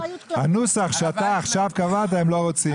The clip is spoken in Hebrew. את הנוסח שאתה עכשיו קבעת הם לא רוצים.